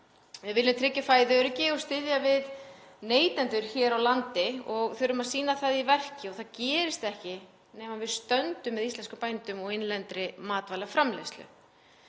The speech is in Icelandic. Við viljum tryggja fæðuöryggi og styðja við neytendur hér á landi og þurfum að sýna það í verki. Það gerist ekki nema við stöndum með íslenskum bændum og innlendri matvælaframleiðslu.